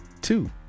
two